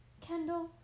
Kendall